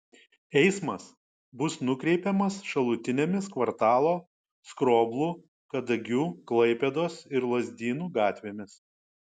eismas bus nukreipiamas šalutinėmis kvartalo skroblų kadagių klaipėdos ir lazdynų gatvėmis